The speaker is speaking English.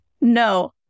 No